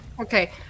Okay